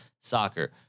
soccer